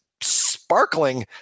sparkling